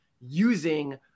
using